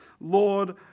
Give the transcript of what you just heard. Lord